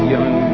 Young